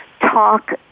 talk